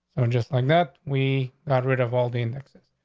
i'm just like that. we got rid of all the next.